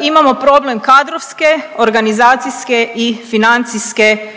imamo problem kadrovske, organizacijske i financijske